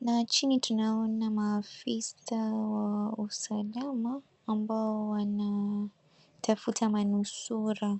Na chini tunaona maafisa wa usalama, ambao wanatafuta manusura.